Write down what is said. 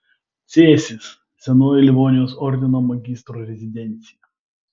cėsys senoji livonijos ordino magistro rezidencija